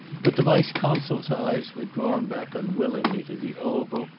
but the vice-consul's eyes were drawn back unwillingly to the oval,